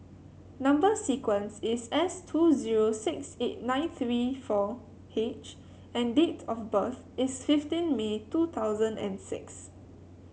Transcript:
number sequence is S two zero six eight nine three four H and date of birth is fifteen May two thousand and six